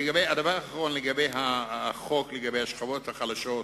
דבר אחרון בעניין החוק, בעניין השכבות החלשות.